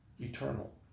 Eternal